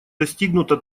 достигнуто